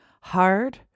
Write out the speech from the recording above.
hard